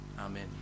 Amen